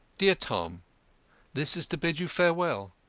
dear tom this is to bid you farewell.